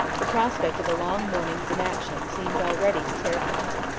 the prospect of a long morning's inaction seemed already to terrify him.